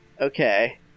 Okay